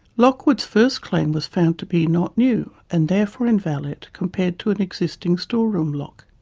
lockwood's first claim was found to be not new, and therefore invalid, compared to an existing store-room lock.